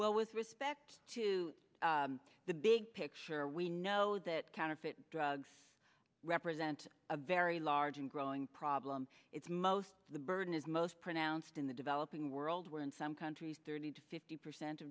well with respect to the big picture we know that counterfeit drugs represent a very large and growing problem it's most of the burden is most pronounced in the developing world where in some countries thirty to fifty percent